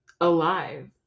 alive